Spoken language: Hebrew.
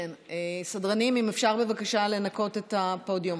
סדרנים, אם אפשר בבקשה לנקות את הפודיום.